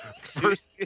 first